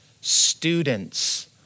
students